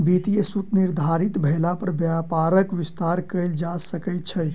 वित्तीय सूत्र निर्धारित भेला पर व्यापारक विस्तार कयल जा सकै छै